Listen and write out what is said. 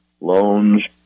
loans